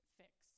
fix